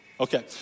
Okay